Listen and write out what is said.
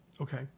Okay